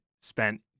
spent